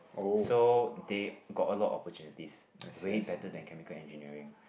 so they got a lot opportunities way better than chemical engineering